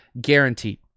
guaranteed